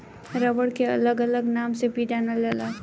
rubber के अलग अलग नाम से भी जानल जाला